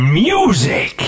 music